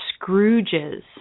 scrooges